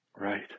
right